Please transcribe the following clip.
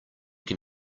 can